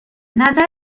نظر